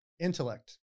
Intellect